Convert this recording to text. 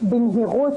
ולעשות זאת במהירות,